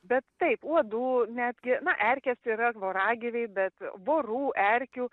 bet taip uodų netgi na erkės yra voragyviai bet vorų erkių